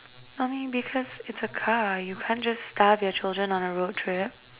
mommy because it's a car you can't just starve your children on a road trip